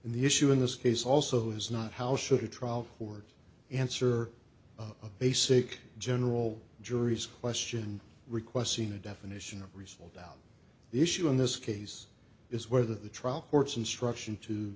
is the issue in this case also is not how should a trial court answer a basic general jury's question request seen a definition of reasonable doubt the issue in this case is whether the trial court's instruction to